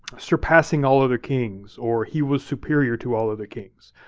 surpassing all other kings, or he was superior to all other kings.